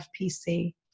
FPC